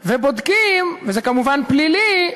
ובודקים, וזה כמובן פלילי,